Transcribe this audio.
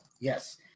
Yes